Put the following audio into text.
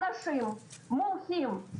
אנשים מומחים,